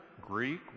Greek